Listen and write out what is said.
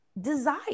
desire